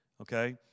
okay